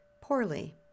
poorly